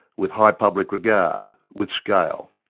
with high public regard, with scale,